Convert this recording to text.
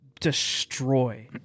destroy